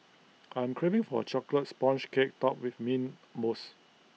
I'm craving for A Chocolate Sponge Cake Topped with Mint Mousse